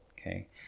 okay